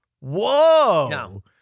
whoa